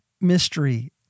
mystery